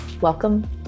Welcome